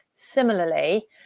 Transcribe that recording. Similarly